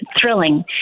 thrilling